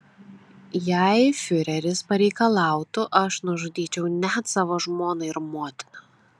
jei fiureris pareikalautų aš nužudyčiau net savo žmoną ir motiną